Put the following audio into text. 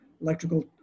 electrical